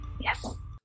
Yes